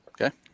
Okay